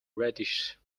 reddish